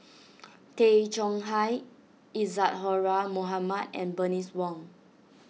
Tay Chong Hai Isadhora Mohamed and Bernice Wong